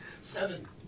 Seven